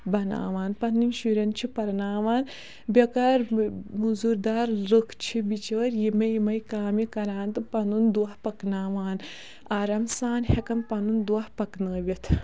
بَناوان پَنٮ۪ن شُرٮ۪ن پَرناوان بٮ۪کار مٕزوٗرۍدار لُکھ چھِ بِچٲرۍ یِمٕے یِمٕے کامہِ کَران تہٕ پَنُن دۄہ پَکناوان آرام سان ہٮ۪کان پَنُن دۄہ پَکنٲوِتھ